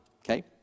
Okay